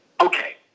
Okay